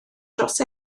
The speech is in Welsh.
dros